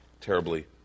terribly